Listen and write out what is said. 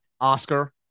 Oscar